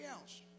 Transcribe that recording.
else